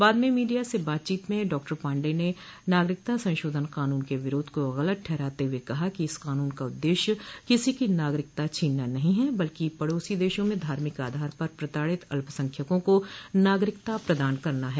बाद में मीडिया से बातचीत में डॉक्टर पाण्डेय ने नागरिकता संशोधन क़ानून के विरोध को गलत ठहराते हुए कहा है कि इस कानून का उददेश्य किसी की नागरिकता छीनना नहीं है बल्कि पड़ोसी देशों में धार्मिक आधार पर प्रताड़ित अल्पसंख्यकों को नागरिकता प्रदान करना है